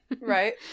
Right